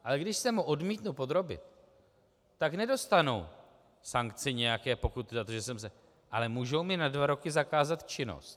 Ale když se mu odmítnu podrobit, tak nedostanu sankci nějaké pokuty za to, že jsem se... ale můžou mi na dva roky zakázat činnost.